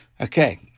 Okay